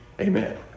Amen